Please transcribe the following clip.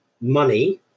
money